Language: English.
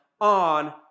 on